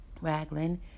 Raglan